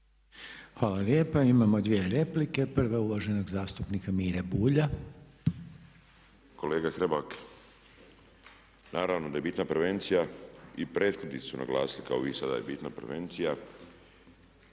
Hvala lijepa. Imamo dvije replike. Prva je uvaženog zastupnika Mire Bulja. **Bulj, Miro (MOST)** Kolega Hrebak, naravno da je bitna prevencija. I prethodnici su naglasili kao i vi sada je bitna prevencija.